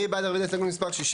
מי בעד רביזיה להסתייגות מספר 76?